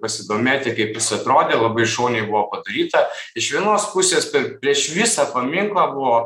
pasidomėti kaip jis atrodė labai šauniai buvo padaryta iš vienos pusės prieš visą paminklą buvo